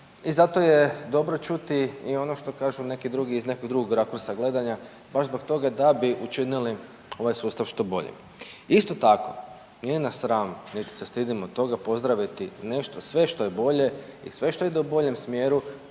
i zato je dobro čuti i ono što kažu neki drugi iz nekog drugog rakursa gledanja, baš zbog toga da bi učinili ovaj sustav što boljim. Isto tako nije nas sram niti se stidimo toga pozdraviti nešto što je bolje i sve što ide u boljem smjeru